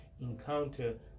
encounter